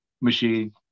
machine